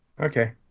okay